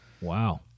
wow